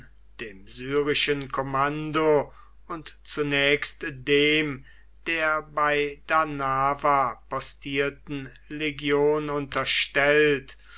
dem syrischen kommando und zunächst dem der bei danava postierten legion unterstellt